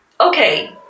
Okay